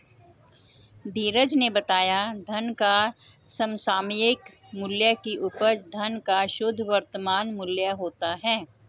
धीरज ने बताया धन का समसामयिक मूल्य की उपज धन का शुद्ध वर्तमान मूल्य होता है